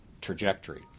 trajectory